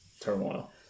turmoil